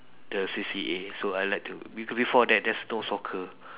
the C_C_A so I like to be~ before that there's no soccer